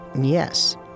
Yes